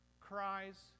cries